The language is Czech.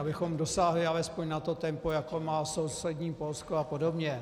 abychom dosáhli alespoň na to tempo, jako má sousední Polsko a podobně.